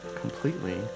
completely